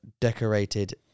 decorated